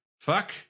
fuck